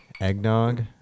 eggnog